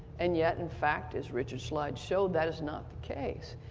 and yet, in fact, as richard's slides show, that is not the case.